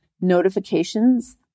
notifications